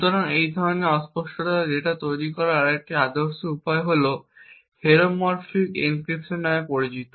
সুতরাং এই ধরনের অস্পষ্টতার ডেটা তৈরি করার একটি আদর্শ উপায় হল হোমোমরফিক এনক্রিপশন নামে পরিচিত